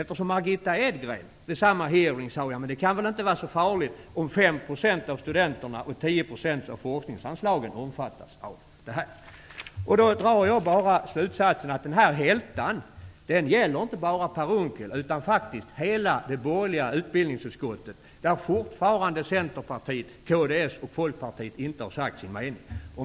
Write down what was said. Vid samma hearing sade Margitta Edgren: Det kan väl inte vara så farligt om 5 % av studenterna och 10 % av forskningsanslagen omfattas av detta. Av detta drar jag slutsatsen att denna hälta inte bara gäller Per Unckel utan samtliga borgerliga ledamöter i utbildningsutskottet, där Centerpartiet, kds och Folkpartiet fortfarande inte har sagt sin mening.